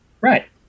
Right